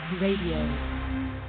Radio